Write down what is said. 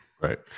right